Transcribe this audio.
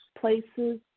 Places